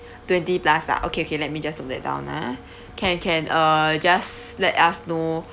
twenty plus ah okay okay let me just note that down ah can can uh just let us know